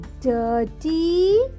dirty